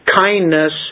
kindness